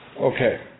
okay